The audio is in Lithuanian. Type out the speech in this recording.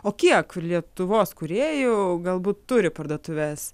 o kiek lietuvos kūrėjų galbūt turi parduotuves